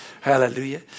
Hallelujah